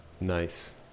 Nice